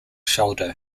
shoulder